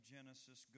Genesis